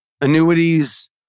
annuities